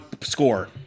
score